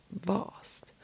vast